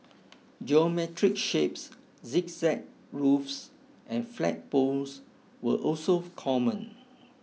geometric shapes zigzag roofs and flagpoles were also common